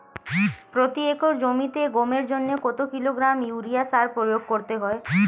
প্রতি একর জমিতে গমের জন্য কত কিলোগ্রাম ইউরিয়া সার প্রয়োগ করতে হয়?